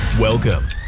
Welcome